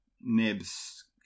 nibs